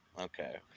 Okay